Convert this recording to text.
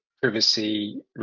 privacy